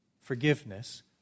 forgiveness